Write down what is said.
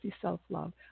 self-love